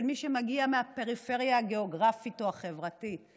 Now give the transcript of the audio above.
של מי שמגיע מהפריפריה הגיאוגרפית והחברתית,